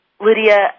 Lydia